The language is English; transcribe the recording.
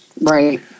right